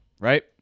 right